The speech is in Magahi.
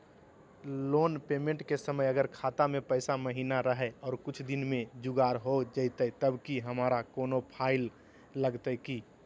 लोन पेमेंट के समय अगर खाता में पैसा महिना रहै और कुछ दिन में जुगाड़ हो जयतय तब की हमारा कोनो फाइन लगतय की?